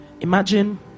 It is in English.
imagine